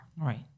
right